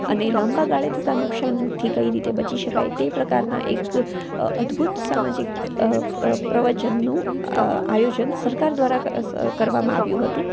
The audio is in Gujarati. અને લાંબા ગાળે થતા નુકસાનથી કઈ રીતે બચી શકાય તે પ્રકારના એક અદ્ભૂત સામાજિક પ્રવચનનું આયોજન સરકાર દ્વારા ક કરવામાં આવ્યું હતું